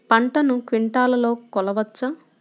పంటను క్వింటాల్లలో కొలవచ్చా?